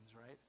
right